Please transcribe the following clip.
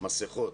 מסיכות.